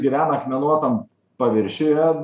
gyvena akmenuotam paviršiuje